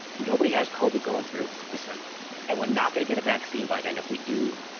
nobody has covid going through december and we're not going to get a vaccine by then. if we do,